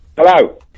Hello